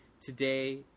today